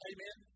Amen